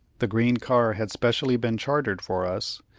the green car had specially been chartered for us,